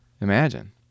imagine